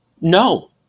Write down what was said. No